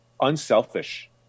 unselfish